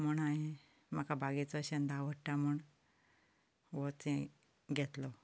म्हूण हांवें म्हाका बागेंत वचप आवडटा म्हूण होच हें घेतलो